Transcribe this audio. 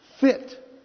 fit